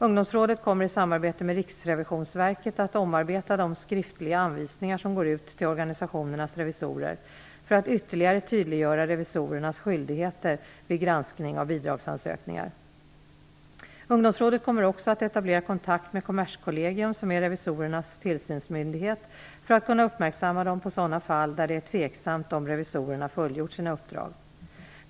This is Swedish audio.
Ungdomsrådet kommer i samarbete med Riksrevisionsverket att omarbeta de skriftliga anvisningar som går ut till organisationernas revisorer, för att ytterligare tydliggöra revisorernas skyldigheter vid granskning av bidragsansökningar. Ungdomsrådet kommer också att etablera kontakt med Kommerskollegium, som är revisorernas tillsynsmyndighet, för att kunna uppmärksamma dem på sådana fall där det är tveksamt om revisorerna fullgjort sina uppdrag.